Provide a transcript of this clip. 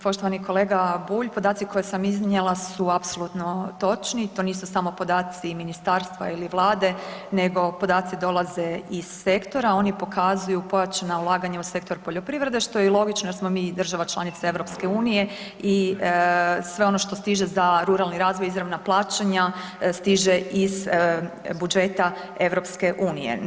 Poštovani kolega Bulj, podaci koje sam iznijela su apsolutno točni, to nisu samo podaci ministarstva ili vlade, nego podaci dolaze iz sektora, oni pokazuju pojačana ulaganja u sektor poljoprivrede, što je i logično jer smo mi i država članica EU-a i sve ono što stiže za ruralni razvoj i izravna plaćanja, stiže iz budžeta EU-a.